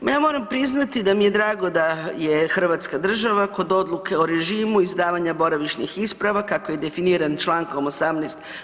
No ja moram priznati da mi je drago da je Hrvatska država kod odluke o režimu izdavanja boravišnih isprava kako je definiran čl. 18.